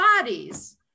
bodies